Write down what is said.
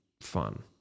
fun